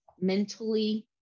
mentally